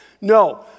No